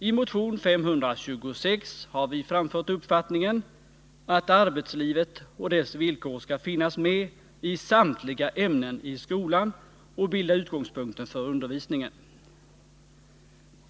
I motion 526 har vi framfört uppfattningen att arbetslivet och dess villkor skall finnas med i samtliga ämnen i skolan och bilda utgångspunkten för undervisningen.